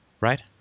Right